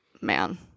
Man